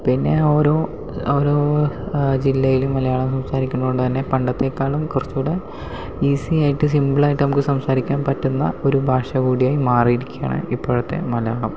പിന്നെ ഓരോ ഓരോ ജില്ലയിലും മലയാളം സംസാരിക്കുന്നതുകൊണ്ട് തന്നെ പണ്ടത്തെക്കാളും കുറച്ചുകൂടെ ഈസി ആയിട്ട് സിമ്പിൾ ആയിട്ട് നമുക്ക് സംസാരിക്കാൻ പറ്റുന്ന ഒരു ഭാഷ കൂടി ആയി മാറിയിരിക്കുകയാണ് ഇപ്പോഴത്തെ മലയാളം